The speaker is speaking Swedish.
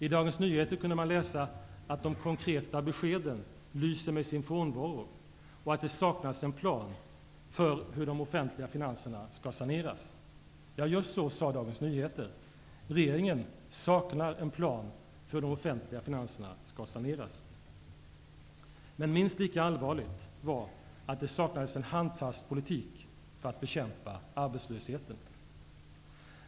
I Dagens Nyheter kunde man läsa att de konkreta beskeden lyser med sin frånvaro och att det saknas en plan för hur de offentliga finanserna skall saneras. Ja, just så sade Dagens Nyheter: Regeringen saknar en plan för hur de offentliga finanserna skall saneras. Men minst lika allvarligt var att det saknades en handfast politik för att bekämpa arbetslösheten.